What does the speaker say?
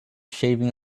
shaving